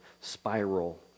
spiral